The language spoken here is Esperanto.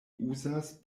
uzas